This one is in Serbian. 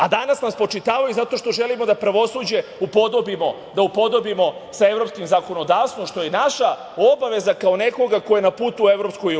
A danas nam spočitavaju zato što želimo da pravosuđe upodobimo sa evropskim zakonodavstvom, što je naša obaveza kao nekoga ko je na putu ka EU.